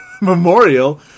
Memorial